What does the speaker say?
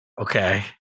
Okay